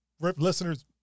Listeners